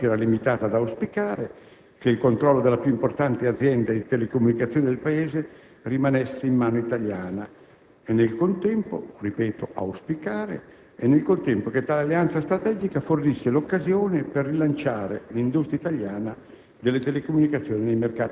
Per questo il Governo si era limitato ad auspicare che il controllo della più importante azienda di telecomunicazione del Paese rimanesse in mano italiana e, nel contempo, che tale alleanza strategica fornisse l'occasione per rilanciare l'industria italiana